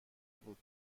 بود